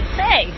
say